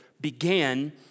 began